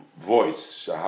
voice